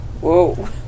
Whoa